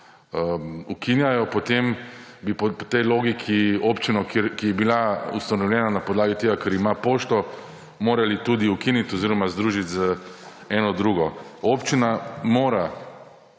ukinjajo, potem bi po tej logiki občino, ki je bila ustanovljena na podlagi tega, ker ima pošto, morali tudi ukiniti oziroma združiti z eno drugo. Občina mora